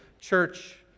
church